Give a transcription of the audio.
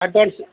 advance